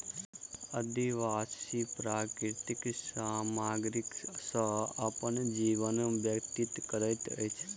आदिवासी प्राकृतिक सामग्री सॅ अपन जीवन व्यतीत करैत अछि